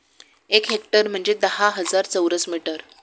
एक हेक्टर म्हणजे दहा हजार चौरस मीटर